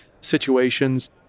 situations